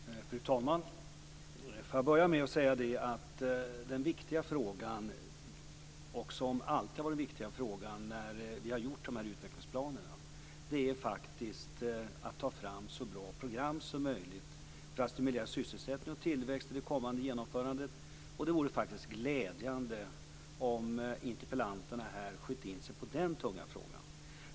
Fru talman! Får jag börja med att säga att den viktiga frågan, som alltid har varit den viktiga frågan när vi har gjort de här utvecklingsplanerna, är att ta fram så bra program som möjligt för att stimulera sysselsättning och tillväxt vid det kommande genomförandet. Det vore glädjande om interpellanterna sköt in sig på den tunga frågan.